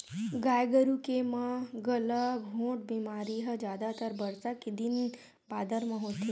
गाय गरु के म गलाघोंट बेमारी ह जादातर बरसा के दिन बादर म होथे